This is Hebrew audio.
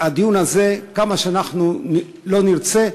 הדיון הזה, כמה שאנחנו לא נרצה,